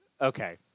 okay